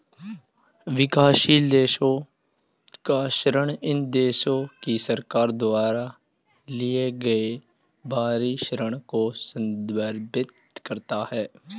विकासशील देशों का ऋण इन देशों की सरकार द्वारा लिए गए बाहरी ऋण को संदर्भित करता है